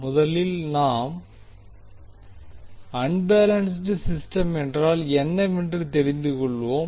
முதலில் நாம் unbalanced system என்றால் என்னவென்று தெரிந்துகொள்வோம்